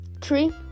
tree